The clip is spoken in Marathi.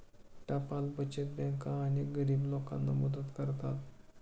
टपाल बचत बँका अनेक गरीब लोकांना मदत करतात